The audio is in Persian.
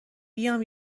بیام